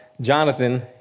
Jonathan